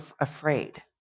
afraid